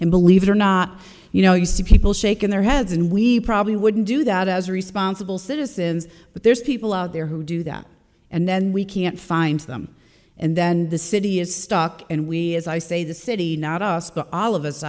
and believe it or not you know you see people shaking their heads and we probably wouldn't do that as responsible citizens but there's people out there who do that and then we can't find them and then the city is stuck and we as i say the city not us but all of us